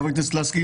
חברת הכנסת לסקי